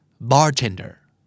Bartender